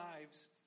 lives